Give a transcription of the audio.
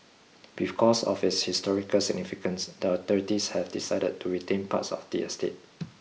because of its historical significance the authorities have decided to retain parts of the estate